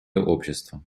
обществам